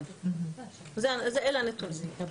כן, אלה הנתונים.